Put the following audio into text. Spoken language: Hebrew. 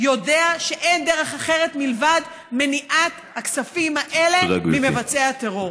יודע שאין דרך אחרת מלבד מניעת הכספים האלה ממבצעי הטרור.